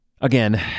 again